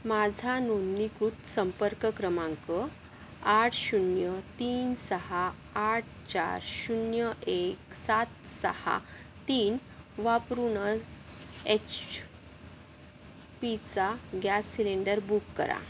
माझा नोंदणीकृत संपर्क क्रमांक आठ शून्य तीन सहा आठ चार शून्य एक सात सहा तीन वापरून एच पीचा गॅस सिलेंडर बुक करा